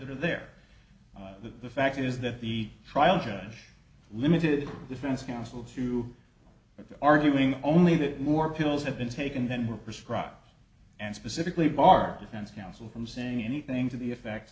that are there the fact is that the trial judge limited defense counsel to arguing only that more pills have been taken than were prescribed and specifically bar defense counsel from saying anything to the effect